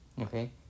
Okay